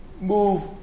move